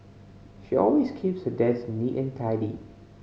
she always keeps her desk neat and tidy